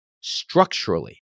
structurally